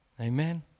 Amen